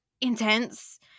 Intense